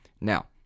Now